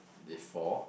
before